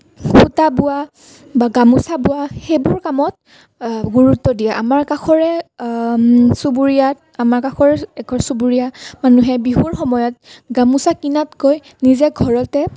সূতা বোৱা বা গামোচা বোৱা সেইবোৰ কামত গুৰুত্ব দিয়ে আমাৰ কাষৰে চুবুৰীয়াত আমাৰ কাষৰ এঘৰ চুবুৰীয়া মানুহে বিহুৰ সময়ত গামোচা কিনাতকৈ নিজে ঘৰতে